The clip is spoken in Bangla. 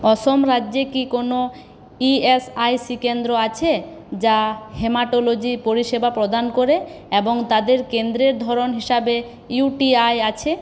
অসম রাজ্যে কি কোনো ইএসআইসি কেন্দ্র আছে যা হেমাটোলজি পরিষেবা প্রদান করে এবং তাদের কেন্দ্রের ধরণ হিসাবে ইউটিআই আছে